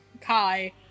Kai